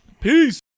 Peace